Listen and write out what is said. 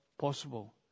possible